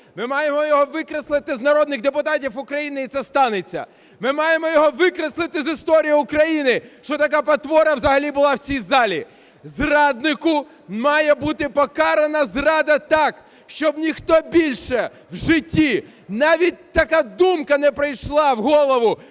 Ми маємо його викреслити з народних депутатів України, і це станеться. Ми маємо його викреслити з історії України, що така потвора взагалі була в цій залі. Зраднику має бути покарана зрада так, щоб ніхто більше в житті… навіть така думка не прийшла в голову,